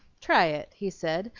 try it, he said,